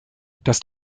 das